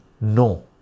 no